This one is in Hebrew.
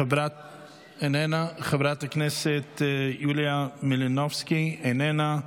איננה, חברת הכנסת יוליה מלינובסקי, איננה,